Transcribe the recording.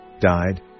died